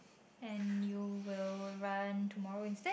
and you will run tomorrow instead